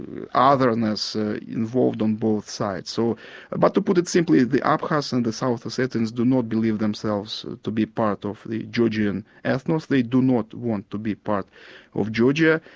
ah otherness involved on both sides. so but to put it simply, the abkhazs and the south ossetians do not believe themselves to be part of the georgian ethnos, they do not want to be part of georgia,